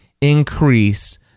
increase